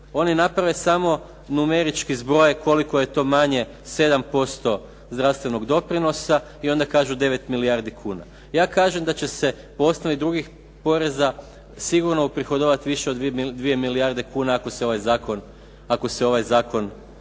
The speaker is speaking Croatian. Oni naprave samo, numerički zbroje koliko je to manje 7% zdravstvenog doprinosa i onda kažu 9 milijardi kuna. Ja kažem da će se po osnovi drugih poreza sigurno prihodovat više od 2 milijarde kuna ako se ovaj zakon